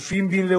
"איחוד